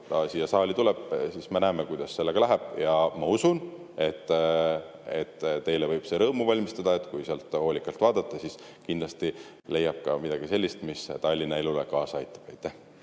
[Kui see] siia saali tuleb, siis me näeme, kuidas sellega läheb. Ma usun, et teile võib see [eelnõu] rõõmu valmistada, sest kui hoolikalt vaadata, siis kindlasti leiab sealt ka midagi sellist, mis Tallinna elule kaasa aitab.